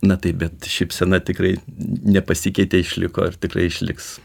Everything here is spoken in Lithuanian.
na taip bet šypsena tikrai nepasikeitė išliko ir tikrai išliks